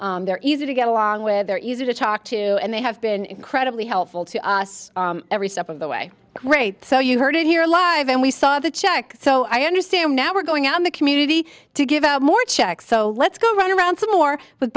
with they're easy to get along with they're easy to talk to and they have been incredibly helpful to us every step of the way great so you heard it here live and we saw the check so i understand now we're going out in the community to give out more check so let's go right around s